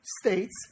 states